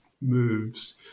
moves